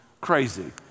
crazy